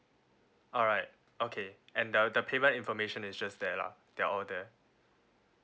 alright okay and the the payment information is just there lah they are all there